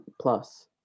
Plus